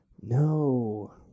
No